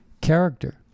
character